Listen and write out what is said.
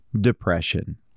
depression